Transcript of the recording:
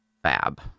fab